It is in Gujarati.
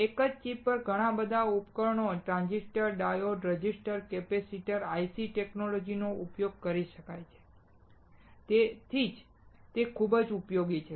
એક જ ચિપ પર ઘણા બધા ઉપકરણો ટ્રાંઝિસ્ટર ડાયોડ્સ રેઝિસ્ટર્સ કેપેસીટર્સtransistors diodes resistors capacitors IC technology નો ઉપયોગ કરીને શક્ય છે અને તેથી જ તે ખૂબ ઉપયોગી છે